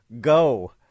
go